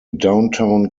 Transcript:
downtown